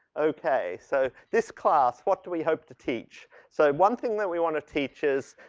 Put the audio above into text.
okay. so this class what do we hope to teach? so, one thing that we wanna teach is,